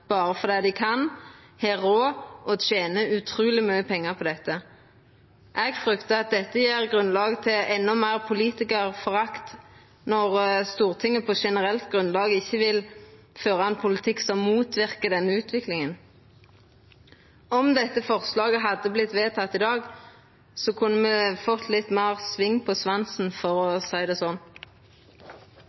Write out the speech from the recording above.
berre fordi dei kan, har råd og tener utruleg mykje pengar på det. Eg fryktar at det gjev grunnlag for endå meir politikarforakt når Stortinget på generelt grunnlag ikkje vil føra ein politikk som motverkar denne utviklinga. Om dette forslaget hadde vorte vedteke i dag, kunne me fått litt meir sving på svansen, for å seia det sånn.